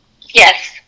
Yes